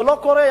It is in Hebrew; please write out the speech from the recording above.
זה לא קורה.